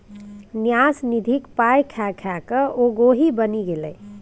न्यास निधिक पाय खा खाकए ओ गोहि बनि गेलै